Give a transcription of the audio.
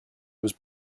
was